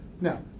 Now